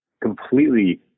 completely